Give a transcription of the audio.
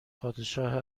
پادشاه